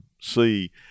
see